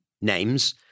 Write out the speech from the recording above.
names